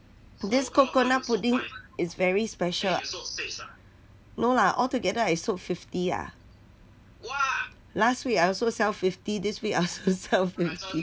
this coconut pudding is very special no lah altogether I sold fifty ah last week I also sell fifty this I also sell fifty